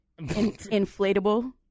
Inflatable